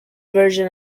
version